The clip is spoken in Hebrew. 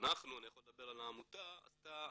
אנחנו - אני יכול לדבר על העמותה עשתה